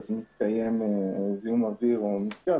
אז מתקיים זיהום אוויר או מפגע.